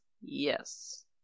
Yes